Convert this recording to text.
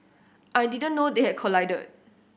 I didn't know they had collided